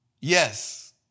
yes